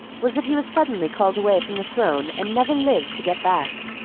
was that he was suddenly called away from the throne and never lived to get back.